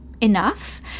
enough